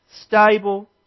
stable